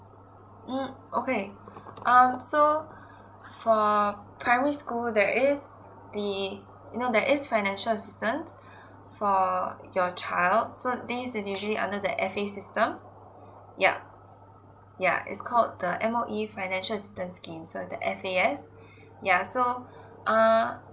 mm okay um so for primary school there is the you know there is financial assistance for your child so this is usually under the F_A system yeah yeah is called the M_O_E financial assistance scheme so is the F_A_S yeah so err